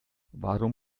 warum